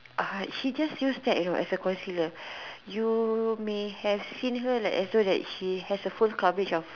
uh she just use that you know as a concealer you may have seen her like as though that she has a full coverage of